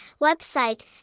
website